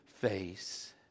face